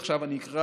עכשיו אני אקרא